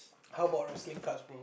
how about wrestling cards bro